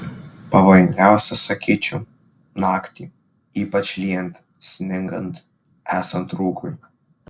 pavojingiausia sakyčiau naktį ypač lyjant sningant esant rūkui